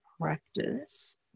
practice